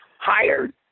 hired